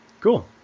Cool